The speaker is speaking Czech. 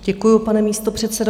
Děkuji, pane místopředsedo.